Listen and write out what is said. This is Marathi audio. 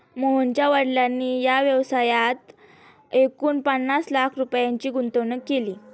मोहनच्या वडिलांनी या व्यवसायात एकूण पन्नास लाख रुपयांची गुंतवणूक केली